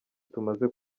tumaze